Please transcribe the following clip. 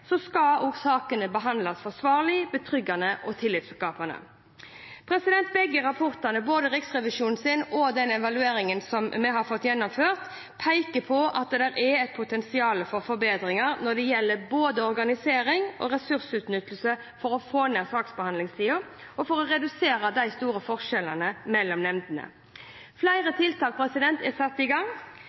skal sakene også behandles forsvarlig, betryggende og tillitskapende. Begge rapportene, både Riksrevisjonens og evalueringen vi har fått gjennomført, peker på at det er potensial for forbedring når det gjelder både organisering og ressursutnyttelse for å få ned saksbehandlingstida og for å redusere de store forskjellene mellom nemndene. Flere tiltak er satt i gang: